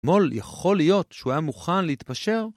אתמול יכול להיות שהוא היה מוכן להתפשר.